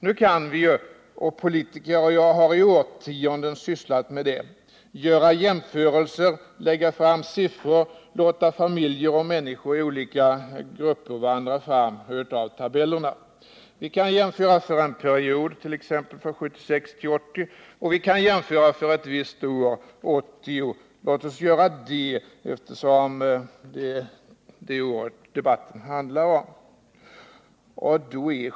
Nu kan vi ju — och politiker har i årtionden sysslat med det — göra jämförelser, där vi låter familjer och människor i olika grupper vandra fram ur tabellerna. Vi kan göra en jämförelse avseende perioden 1976-1980 eller för ett visst år, t.ex. 1980. Låt mig välja det senare alternativet, eftersom det är det året som debatten handlar om.